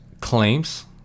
claims